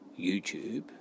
YouTube